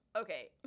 okay